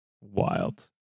Wild